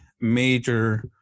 major